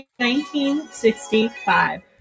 1965